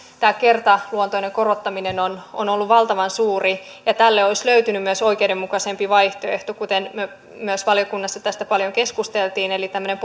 tämä kertaluontoinen korottaminen on on ollut valtavan suuri ja tälle olisi löytynyt myös oikeudenmukaisempi vaihtoehto kuten myös valiokunnassa tästä paljon keskusteltiin eli tämmöinen